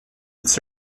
its